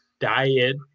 diet